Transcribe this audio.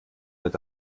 wird